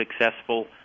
successful